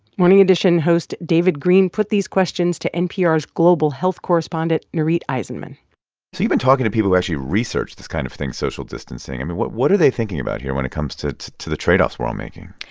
morning edition host david greene put these questions to npr's global health correspondent nurith aizenman so you've been talking to people who actually research this kind of thing, social distancing. i mean, what what are they thinking about here when it comes to to the trade-offs we're all making?